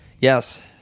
Yes